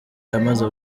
yamaze